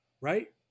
right